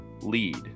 lead